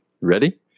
Ready